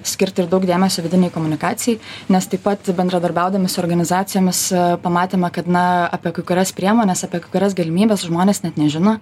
skirti ir daug dėmesio vidinei komunikacijai nes taip pat bendradarbiaudami su organizacijomis pamatėme kad na apie kai kurias priemones apie kurias galimybes žmonės net nežino